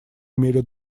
имели